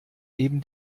eben